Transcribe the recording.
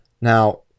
Now